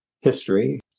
history